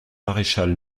maréchal